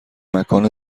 مکان